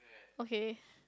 okay